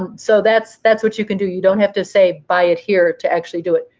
and so that's that's what you can do. you don't have to say buy it here to actually do it.